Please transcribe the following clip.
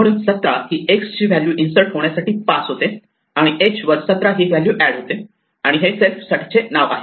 म्हणून 17 ही x ची व्हॅल्यू इन्सर्ट होण्यासाठी पास होते आणि h वर 17 ही व्हॅल्यू एड होते आणि हे सेल्फ साठीचे नाव आहे